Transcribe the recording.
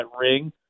ring